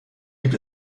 gibt